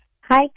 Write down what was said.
Hi